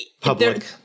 Public